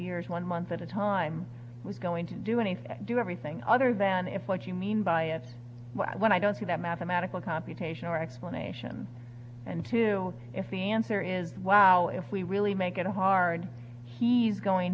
years one month at a time was going to do anything do everything other than if what you mean by it was when i don't see that mathematical computation or explanation and two if the answer is wow if we really make it hard he's going